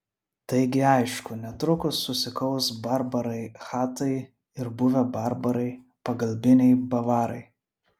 taigi aišku netrukus susikaus barbarai chatai ir buvę barbarai pagalbiniai bavarai